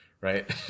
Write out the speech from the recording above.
right